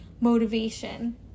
motivation